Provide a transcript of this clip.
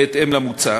בהתאם למוצע,